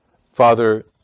Father